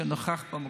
שנכח במקום,